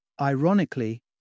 ironically